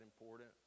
important